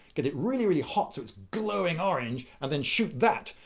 get it really, really hot so it's glowing orange and then shoot that.